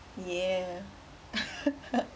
yeah